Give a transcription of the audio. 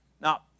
Now